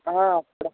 అక్కడ